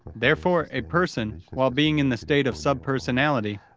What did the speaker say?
therefore, a person, while being in the state of subpersonality,